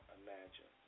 imagine